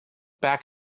back